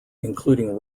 including